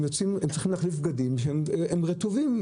הם צריכים להחליף בגדים כי הם רטובים,